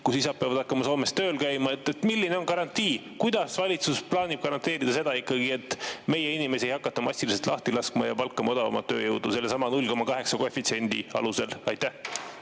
isad peavad hakkama Soomes tööl käima. Milline on garantii? Kuidas valitsus plaanib garanteerida seda, et meie inimesi ei hakata massiliselt lahti laskma ja palkama odavamat tööjõudu sellesama koefitsiendi 0,8 alusel? Aitäh!